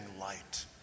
light